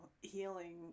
Healing